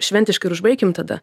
šventiškai ir užbaikim tada